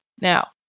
Now